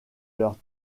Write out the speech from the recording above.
leurs